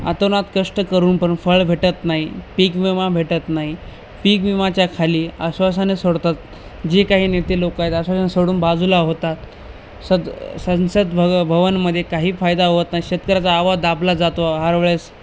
आतोनात कष्ट करूनपण फळ भेटत नाही पिक विमा भेटत नाही पिक विमाच्या खाली आश्वासाने सोडतात जे काही नेते लोकं आहेत आश्वासने सोडून बाजूला होतात सद संसद भ भवनामध्ये काही फायदा होत नाही शेतकऱ्याचा आवाज दाबला जातो हर वेळेस